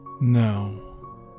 No